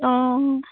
অঁ